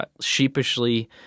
sheepishly